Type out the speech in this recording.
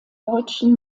deutschen